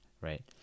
right